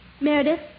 Meredith